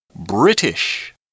British